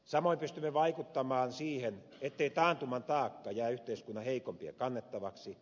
samoin pystymme vaikuttamaan siihen ettei taantuman taakka jää yhteiskunnan heikoimpien kannettavaksi